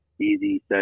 easy